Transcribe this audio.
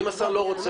מה אם השר לא רוצה,